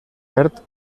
verd